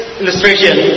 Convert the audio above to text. illustration